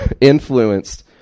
influenced